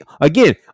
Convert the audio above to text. Again